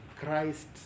Christ